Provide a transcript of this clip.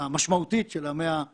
חלק מהמחשבה המשמעותית של המאה ה-20.